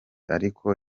ariko